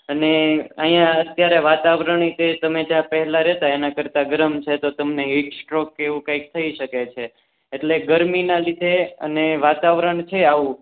અને અહીંયા અત્યારે વાતાવરણ તે તમે ત્યાં પહેલાં રહેતાં એનાં કરતાં ગરમ છે તો તમને હિટ સ્ટ્રોક કે એવું કાંઈક થઈ શકે છે એટલે ગરમીનાં લીધે અને વાતાવરણ છે આવું